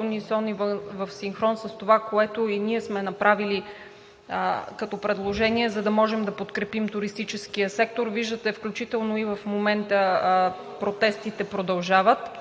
унисон и в синхрон с това, което и ние сме направили като предложение, за да можем да подкрепим туристическия сектор. Виждате, включително и в момента, протестите продължават,